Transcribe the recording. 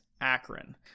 Akron